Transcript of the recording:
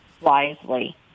wisely